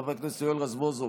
חבר הכנסת יואל רזבוזוב,